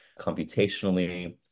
computationally